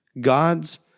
God's